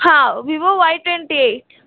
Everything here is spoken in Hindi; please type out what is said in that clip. हाँ भीवो वाई ट्वेंटी एट